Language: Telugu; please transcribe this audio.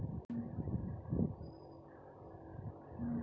మొక్కజొన్నలో కత్తెర పురుగు ఏ దశలో వస్తుంది?